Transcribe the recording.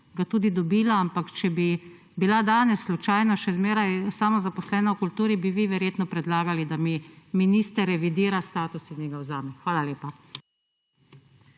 ga tudi dobila, ampak če bi bila danes slučajno še zmeraj samozaposlena v kulturi, bi vi verjetno predlagali, da mi minister revidira status in mi ga vzame. Hvala lepa.